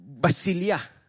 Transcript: Basilia